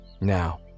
Now